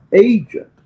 agent